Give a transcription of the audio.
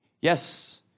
Yes